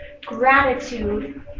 gratitude